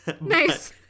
Nice